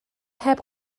heb